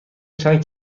چند